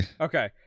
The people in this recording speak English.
Okay